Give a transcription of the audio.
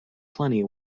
plenty